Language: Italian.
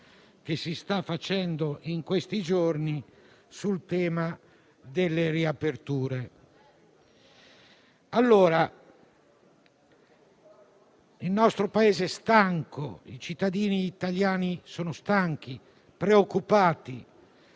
che si sta svolgendo in questi giorni sul tema delle riaperture. Il nostro Paese è stanco, i cittadini italiani sono stanchi e preoccupati